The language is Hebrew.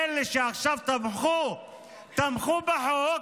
אלה שעכשיו תמכו בחוק,